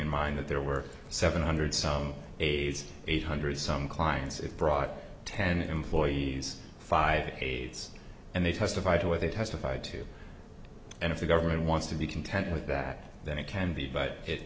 in mind that there were seven hundred some aides eight hundred some clients it brought ten employees five decades and they testified to what they testified to and if the government wants to be content with that then it can be but it